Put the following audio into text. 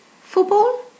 football